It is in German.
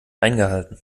eingehalten